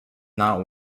not